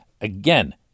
Again